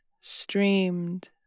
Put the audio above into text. streamed